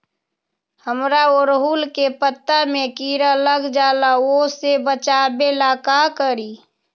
हमरा ओरहुल के पत्ता में किरा लग जाला वो से बचाबे ला का करी?